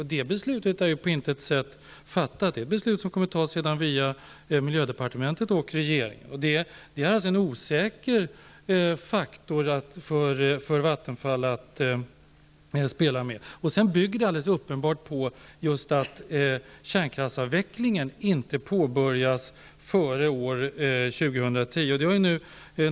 Det är ett beslut som på intet sätt ännu är fattat. Det beslutet skall fattas via miljödepartementet och regeringen. Det här är alltså en osäker faktor för Vattenfall att spela med. Beslutet bygger uppenbarligen på att kärnkraftsavvecklingen inte skall påbörjas före år 2010.